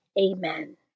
Amen